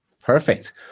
Perfect